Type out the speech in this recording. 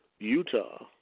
Utah